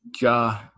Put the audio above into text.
Ja